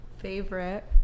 favorite